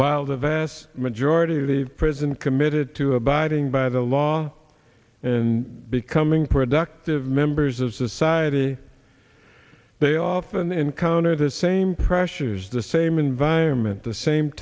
the vast majority leave prison committed to abiding by the law and becoming productive members of society they often encounter the same pressures the same environment the same